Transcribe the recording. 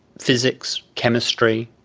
physics, chemistry,